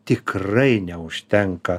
tikrai neužtenka